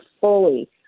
fully